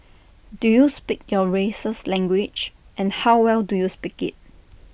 do you speak your race's language and how well do you speak IT